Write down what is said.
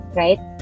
right